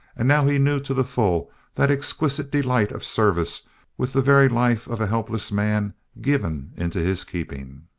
and now he knew to the full that exquisite delight of service with the very life of a helpless man given into his keeping.